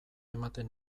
ematen